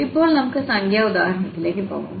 ഇപ്പോൾ നമുക്ക് സംഖ്യാ ഉദാഹരണത്തിലേക്ക് പോകാം